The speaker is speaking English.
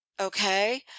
Okay